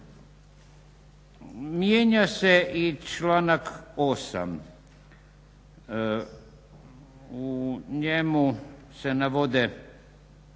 Mijenja se i članak 8. U njemu se navode